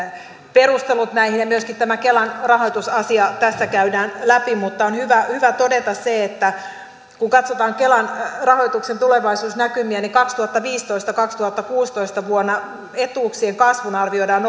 perustelut näihin ja myöskin tämä kelan rahoitusasia tässä käydään läpi mutta on hyvä hyvä todeta se että kun katsotaan kelan rahoituksen tulevaisuusnäkymiä niin kaksituhattaviisitoista viiva kaksituhattakuusitoista etuuksien kasvun arvioidaan